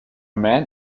man